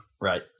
Right